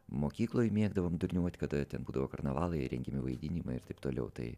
mokykloje mėgdavom durniuot kada ten būdavo karnavalai rengiami vaidinimai ir taip toliau tai